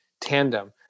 tandem